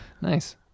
nice